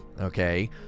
okay